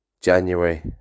January